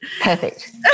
Perfect